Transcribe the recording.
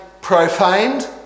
profaned